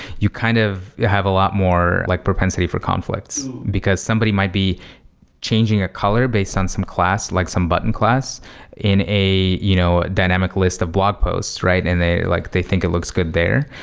you kind of have a lot more like propensity for conflicts, because somebody might be changing a color based on some class, like some button class in a you know dynamic list of blog posts and they like they think it looks good there.